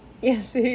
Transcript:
yes